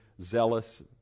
zealous